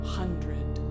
hundred